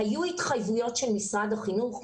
היו התחייבויות של משרד החינוך,